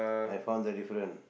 I found the difference